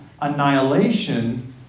annihilation